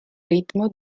ritmo